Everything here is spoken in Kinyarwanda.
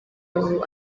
ubu